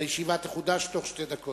הישיבה תחודש בתוך שתי דקות.